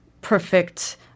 perfect